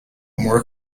more